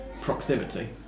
proximity